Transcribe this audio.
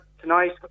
tonight